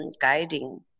guiding